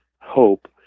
hope